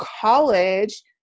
college